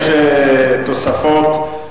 יש תוספות,